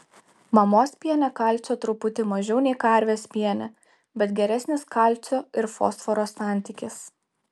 mamos piene kalcio truputį mažiau nei karvės piene bet geresnis kalcio ir fosforo santykis